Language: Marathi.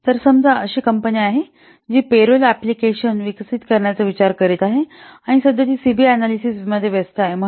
तर समजा अशी कंपनी आहे जी पे रोल अँप्लिकेशन विकसित करण्याचा विचार करीत आहे आणि सध्या ती सी बी अँनालिसिसमध्ये व्यस्त आहे